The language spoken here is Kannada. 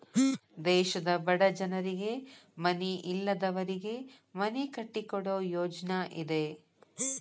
ದೇಶದ ಬಡ ಜನರಿಗೆ ಮನಿ ಇಲ್ಲದವರಿಗೆ ಮನಿ ಕಟ್ಟಿಕೊಡು ಯೋಜ್ನಾ ಇದ